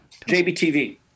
JBTV